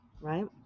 Right